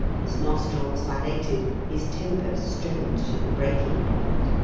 his nostrils dilated, his temper strained to the breaking-point.